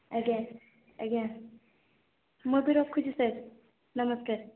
ଆଜ୍ଞା ଆଜ୍ଞା ମୁଁ ଏବେ ରଖୁଛି ସାର୍ ନମସ୍କାର